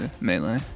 melee